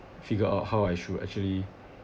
figure out how I should actually